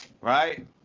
right